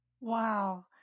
Wow